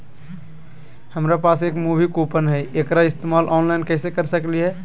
हमरा पास एक मूवी कूपन हई, एकरा इस्तेमाल ऑनलाइन कैसे कर सकली हई?